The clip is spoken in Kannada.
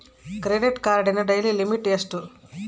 ಕ್ರೆಡಿಟ್ ಕಾರ್ಡಿನ ಡೈಲಿ ಲಿಮಿಟ್ ಎಷ್ಟು?